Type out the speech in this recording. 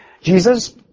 Jesus